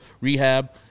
rehab